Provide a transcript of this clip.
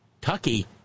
Tucky